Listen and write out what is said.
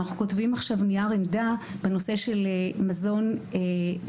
ואנחנו כותבים עכשיו מכתב נייר עמדה על מזון משלים,